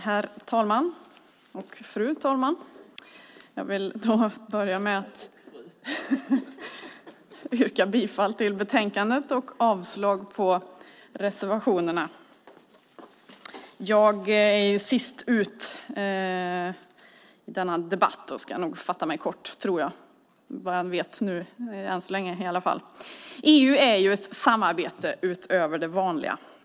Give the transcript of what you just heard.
Fru talman! Jag vill börja med att yrka bifall till utskottets förslag och avslag på reservationerna. Jag är sist ut i denna debatt och ska nog fatta mig kort. EU är ett samarbete utöver det vanliga.